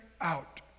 out